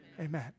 Amen